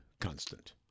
constant